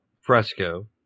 fresco